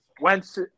Wentz